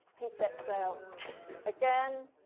he set sail again